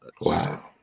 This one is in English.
Wow